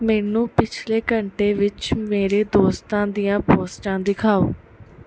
ਮੈਨੂੰ ਪਿਛਲੇ ਘੰਟੇ ਵਿੱਚ ਮੇਰੇ ਦੋਸਤਾਂ ਦੀਆਂ ਪੋਸਟਾਂ ਦਿਖਾਓ